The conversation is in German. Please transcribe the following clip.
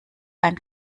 ein